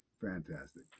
Fantastic